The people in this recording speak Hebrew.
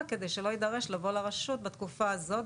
כדי שלא יידרש לבוא לרשות בתקופה הזו.